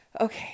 okay